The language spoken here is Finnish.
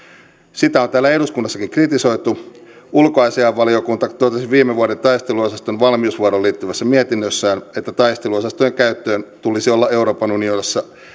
sitä on täällä eduskunnassakin kritisoitu ulkoasiainvaliokunta totesi viime vuoden taisteluosaston valmiusvuoroon liittyvässä mietinnössään että taisteluosastojen käyttöön tulisi olla euroopan unionissa